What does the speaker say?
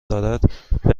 دارد، به